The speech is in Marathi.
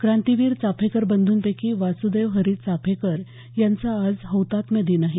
क्रांतीवीर चाफेकर बंधूपैकी वासुदेव हरी चाफेकर यांचा आज हौतात्म्य दिन आहे